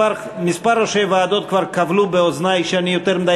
כמה ראשי ועדות כבר קבלו באוזני שאני יותר מדי